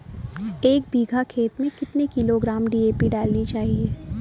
एक बीघा खेत में कितनी किलोग्राम डी.ए.पी डालनी चाहिए?